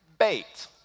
bait